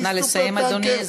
אני "סופר-טנקר"